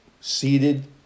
Seated